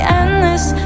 endless